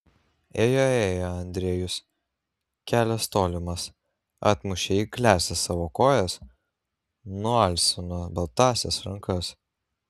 ėjo ėjo andrejus kelias tolimas atmušė eikliąsias savo kojas nualsino baltąsias rankas